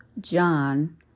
John